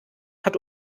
hat